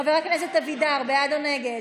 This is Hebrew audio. חבר הכנסת אבידר, בעד או נגד?